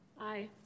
Aye